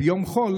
כביום חול.